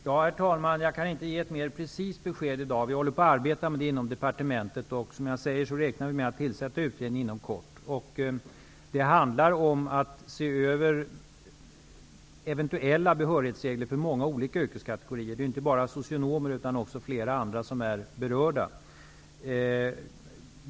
Herr talman! Jag kan i dag inte ge något mer precist besked. Vi arbetar med detta inom departementet, och som jag sagt räknar vi med att tillsätta utredningen inom kort. Det handlar om att se över eventuella behörighetsregler för många olika yrkeskategorier, inte bara för socionomer utan också för flera andra kategorier som är berörda.